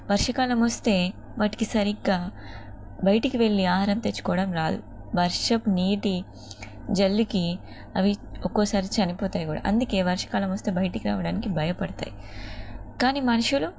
వర్షాకాలం వస్తే వాటికి సరిగ్గా బయటికి వెళ్ళి ఆహారం తెచ్చుకోవడం రాదు వర్షపు నీటి జల్లుకి అవి ఒక్కోసారి చనిపోతాయి కూడా అందుకే వర్షాకాలం వస్తే బయటికి రావడానికి భయపడతాయి కానీ మనుషులు